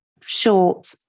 short